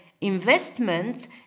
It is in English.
investment